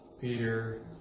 Peter